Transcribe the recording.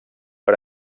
per